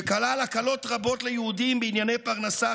שכלל הקלות רבות ליהודים בענייני פרנסה,